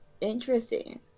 interesting